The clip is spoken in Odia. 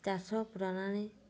ଚାଷ ପ୍ରଣାଳୀ